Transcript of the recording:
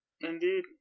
Indeed